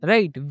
Right